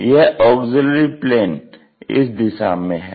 और यह auxiliary plane इस दिशा में है